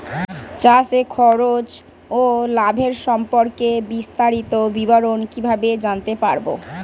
চাষে খরচ ও লাভের সম্পর্কে বিস্তারিত বিবরণ কিভাবে জানতে পারব?